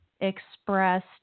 expressed